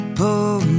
pull